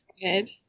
good